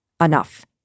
enough